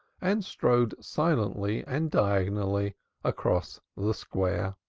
and strode silently and diagonally across the square.